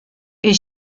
est